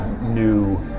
new